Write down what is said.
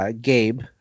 Gabe